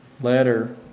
letter